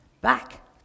back